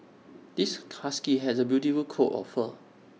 this husky has A beautiful coat of fur